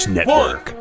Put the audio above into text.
Network